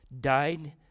died